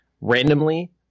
randomly